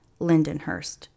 Lindenhurst